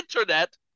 internet